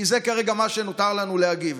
כי זה כרגע איך שנותר לנו להגיב.